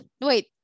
wait